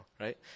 right